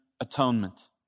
atonement